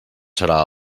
serà